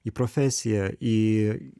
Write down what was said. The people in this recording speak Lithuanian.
į profesiją į